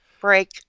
Break